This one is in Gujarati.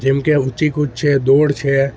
જેમ કે ઊંચી કૂદ છે દોડ છે